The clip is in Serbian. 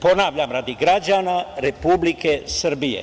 Ponavljam radi građana Republike Srbije.